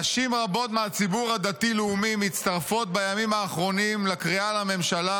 נשים רבות מהציבור הדתי-לאומי מצטרפות בימים האחרונים לקריאה לממשלה,